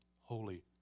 holy